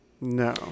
No